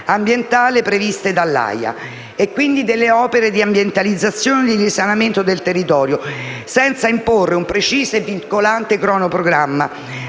ambientale previste dall'AIA e, quindi, delle opere di ambientalizzazione e di risanamento del territorio, senza imporre un preciso e vincolante cronoprogramma